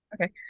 Okay